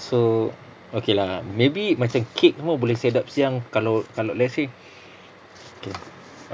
so okay lah maybe macam cake semua boleh set up siang kalau kalau let's say